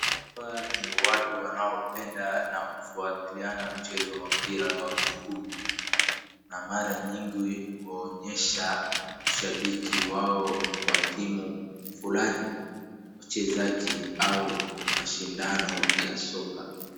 Hapa ni watu wanaopenda na kufwatiliana mchezo wa mpira wa miguu na mara nyingi huonyesha shabiki wao kwa timu fulani wachezaji au mashindano ya soka.